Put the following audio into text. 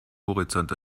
horizont